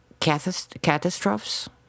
catastrophes